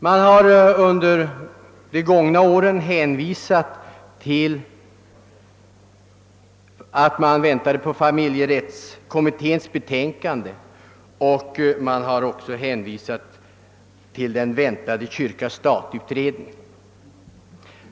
Man har hänvisat till väntade betänkanden från familjerättskommittén och kyrka--—stat-utredningen.